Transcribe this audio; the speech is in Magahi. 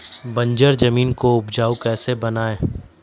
बंजर जमीन को उपजाऊ कैसे बनाय?